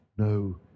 no